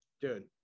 Dude